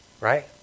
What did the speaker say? Right